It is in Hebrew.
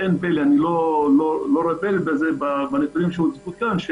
אני לא רוצה לזלזל בנתונים שהוצגו כאן,